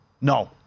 No